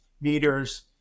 meters